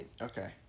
okay